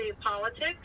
politics